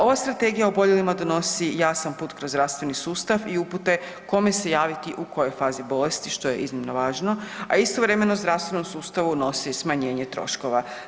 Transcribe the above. Ova strategija oboljelima donosi jasan put kroz zdravstveni sustav i upute kome se javiti u kojoj fazi bolesti što je iznimno važno, a istovremeno zdravstvenom sustavu nosi smanjenje troškova.